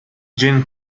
jane